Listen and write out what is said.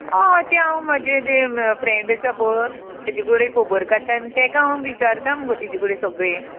हय तें हांव म्हाजें तें फ्रेंड आसा पय तेजे कडेन खबर काडटा आनी तेका हांव विचारता मुगो तेजे कडेन सगळें